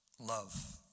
love